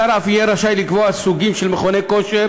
השר אף יהיה רשאי לקבוע סוגים של מכוני כושר